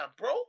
bro